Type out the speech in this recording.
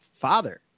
father